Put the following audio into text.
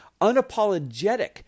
unapologetic